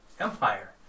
Empire